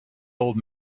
old